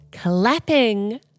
Clapping